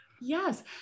Yes